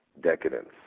decadence